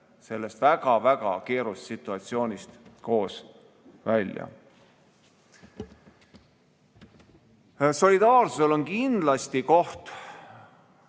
sellest väga-väga keerulisest situatsioonist koos välja. Solidaarsusel on kindlasti koht